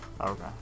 Okay